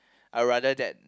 I rather that